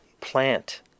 plant